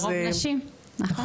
כי רוב נשים, נכון.